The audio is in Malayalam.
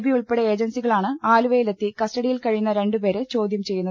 ബി ഉൾപ്പെടെ ഏജൻസിക ളാണ് ആലുവയിലെത്തി കസ്റ്റഡിയിൽ കഴിയുന്ന രണ്ടുപേരെ ചോദ്യം ചെയ്യുന്നത്